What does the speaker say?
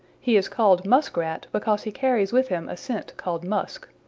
he is called muskrat because he carries with him a scent called musk.